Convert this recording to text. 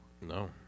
No